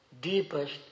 deepest